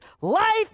Life